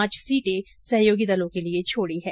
पांच सीटें सहयोगी दलों के लिए छोडी है